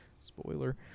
Spoiler